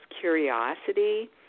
curiosity